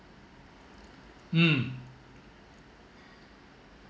mm